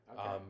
Okay